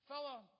fellow